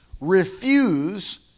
refuse